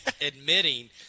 admitting